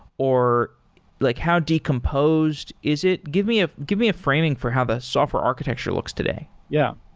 or like how decomposed is it? give me ah give me a framing for how the software architecture looks today. yeah.